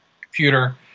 computer